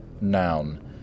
Noun